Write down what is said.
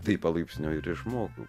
taip palaipsniui ir išmokau